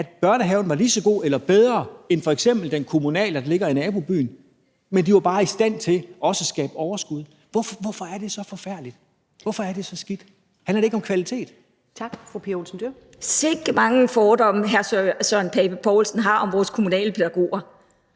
at børnehaven var lige så god eller bedre end f.eks. den kommunale, der ligger i nabobyen, og at de bare var i stand til også at skabe overskud? Hvorfor er det så forfærdeligt? Hvorfor er det så skidt? Handler det ikke om kvalitet? Kl. 14:44 Første næstformand (Karen Ellemann): Tak. Fru Pia